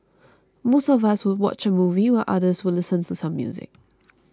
most of us would watch a movie while others listen to some music